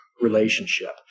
relationship